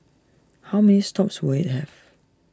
how many stops will IT have